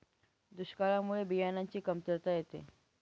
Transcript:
दुष्काळामुळे बियाणांची कमतरता येते